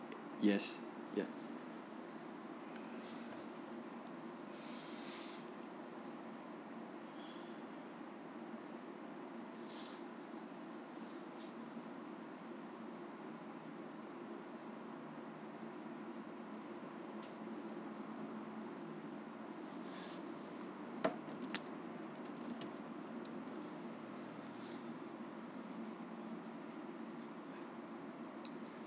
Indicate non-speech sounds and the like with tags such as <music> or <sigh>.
yes ya <breath>